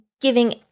giving